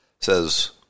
says